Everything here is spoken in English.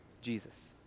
Jesus